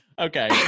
Okay